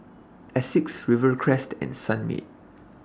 Asics Rivercrest and Sunmaid